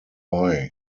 hawaii